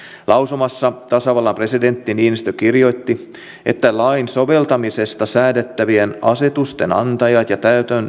lausumassa tasavallan presidentti niinistö kirjoitti että lain soveltamisesta säädettävien asetusten antaja ja